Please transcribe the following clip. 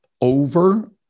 over